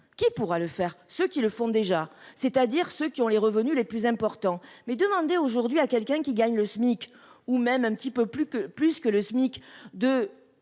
Qui pourra le faire ? Ceux qui le font déjà, c'est-à-dire ceux qui ont les revenus les plus importants. Demandez aujourd'hui à quelqu'un qui gagne le Smic ou même un petit peu plus d'économiser,